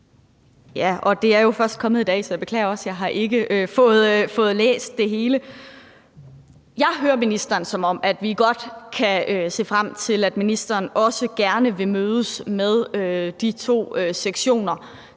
det er jo først kommet i dag, så jeg beklager også, at jeg ikke har fået læst det hele. Jeg hører ministeren sådan, at vi godt kan se frem til, at ministeren også gerne vil mødes med de to sektioner,